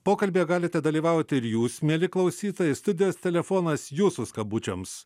pokalbyje galite dalyvauti ir jūs mieli klausytojai studijos telefonas jūsų skambučiams